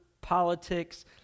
politics